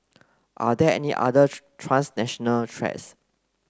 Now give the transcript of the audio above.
are there any other transnational threats